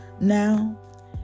Now